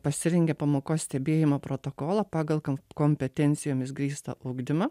pasirengė pamokos stebėjimo protokolą pagal kam kompetencijomis grįstą ugdymą